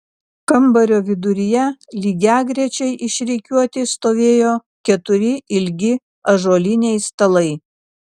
kambario viduryje lygiagrečiai išrikiuoti stovėjo keturi ilgi ąžuoliniai stalai